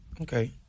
Okay